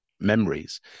memories